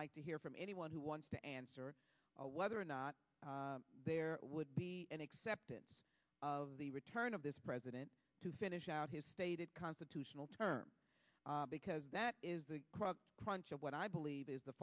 like to hear from anyone who wants to answer whether or not there would be an acceptance of the return of this president to finish out his stated constitutional terms because that is the crunch of what i believe is the